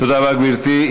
תודה רבה, גברתי.